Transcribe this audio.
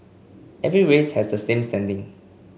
every race has the same standing